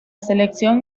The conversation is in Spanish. selección